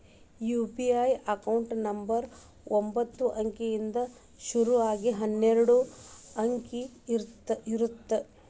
UPI account number ಒಂಬತ್ತ ಅಂಕಿಯಿಂದ್ ಶುರು ಆಗಿ ಹನ್ನೆರಡ ಅಂಕಿದ್ ಇರತ್ತ